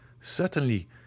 Certainly